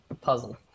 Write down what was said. puzzle